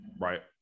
Right